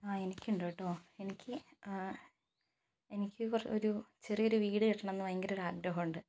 ആ എനിക്കൊണ്ട് കേട്ടോ എനിക്ക് എനിക്ക് ഒരു ചെറിയൊരു വീട് കെട്ടണമെന്നൊരു ഭയങ്കരമായ ഒരു ആഗ്രഹമുണ്ട്